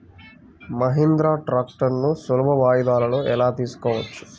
మహీంద్రా ట్రాక్టర్లను సులభ వాయిదాలలో ఎలా తీసుకోవచ్చు?